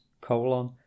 colon